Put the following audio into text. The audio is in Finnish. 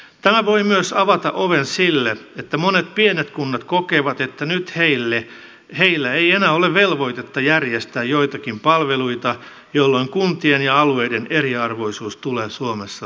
tämä voi myös avata oven sille että monet pienet kunnat kokevat että nyt heillä ei enää ole velvoitetta järjestää joitakin palveluita jolloin kuntien ja alueiden eriarvoisuus tulee suomessa lisääntymään